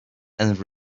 and